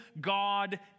God